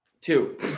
Two